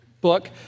book